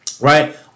right